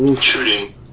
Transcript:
shooting